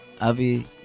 Avi